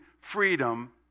freedom